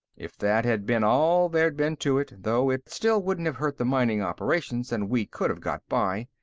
if that had been all there'd been to it, though, it still wouldn't have hurt the mining operations, and we could have got by.